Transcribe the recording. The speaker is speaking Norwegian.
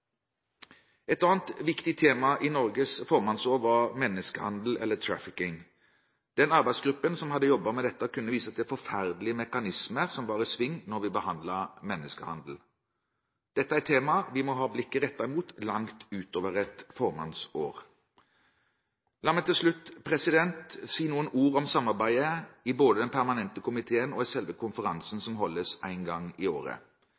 Et annet viktig tema i Norges formannsår var menneskehandel, eller trafficking. Den arbeidsgruppen som hadde jobbet med dette, kunne vise til forferdelige mekanismer som var i sving når vi behandlet menneskehandel. Dette er et tema vi må ha blikket rettet mot, langt utover et formannsår. La meg til slutt si noen ord om samarbeidet både i den permanente komiteen og i selve konferansen, som holdes en gang i året.